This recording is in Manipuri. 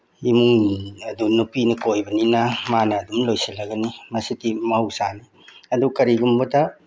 ꯏꯃꯨꯡ ꯑꯗꯨꯝ ꯅꯨꯄꯤꯅ ꯀꯣꯏꯕꯅꯤꯅ ꯃꯥꯅ ꯑꯗꯨꯝ ꯂꯣꯏꯅꯁꯤꯜꯂꯅꯤ ꯃꯁꯤꯗꯤ ꯃꯍꯧꯁꯥꯅꯤ ꯑꯗꯨ ꯀꯔꯤꯒꯨꯝꯕꯗ